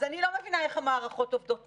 אז אני לא מבינה איך המערכות עובדות,